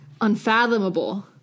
unfathomable